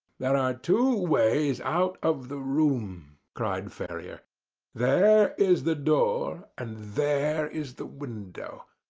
there are two ways out of the room, cried ferrier there is the door, and there is the window.